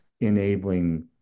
enabling